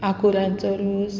आंकुरांचो रोस